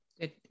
Good